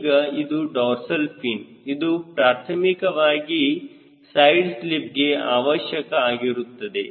ಈಗ ಇದು dorsal fin ಇದು ಪ್ರಾಥಮಿಕವಾಗಿ ಸೈಡ್ ಸ್ಲಿಪ್ಗೆ ಅವಶ್ಯಕ ಆಗಿರುತ್ತದೆ